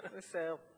בסדר.